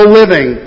living